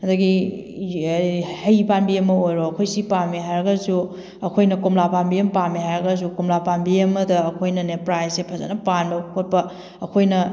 ꯑꯗꯒꯤ ꯍꯩ ꯄꯥꯟꯕꯤ ꯑꯃ ꯑꯣꯏꯔꯣ ꯑꯩꯈꯣꯏ ꯁꯤ ꯄꯥꯝꯃꯦ ꯍꯥꯏꯔꯒꯁꯨ ꯑꯩꯈꯣꯏꯅ ꯀꯣꯝꯂꯥ ꯄꯥꯝꯕꯤ ꯑꯃ ꯄꯥꯝꯃꯦ ꯍꯥꯏꯔꯒꯁꯨ ꯀꯣꯝꯂꯥ ꯄꯥꯝꯕꯤ ꯑꯃꯗ ꯑꯩꯈꯣꯏꯅꯅꯦ ꯄ꯭ꯔꯥꯏꯁꯁꯦ ꯐꯖꯅ ꯄꯥꯟꯕ ꯈꯣꯠꯄ ꯑꯩꯈꯣꯏꯅ